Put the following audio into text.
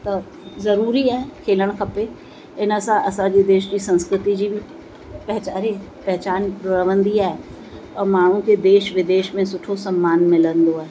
त ज़रूरी आहे खेॾणु खपे इन सां असांजी देश जी संस्कृति जी बि पेहचारे पेहचान रहंदी आहे औरि माण्हू खे देश विदेश में सुठो समान मिलंदो आहे